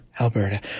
Alberta